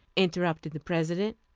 interrupted the president.